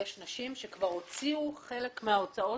יש נשים שכבר הוציאו חלק מההוצאות,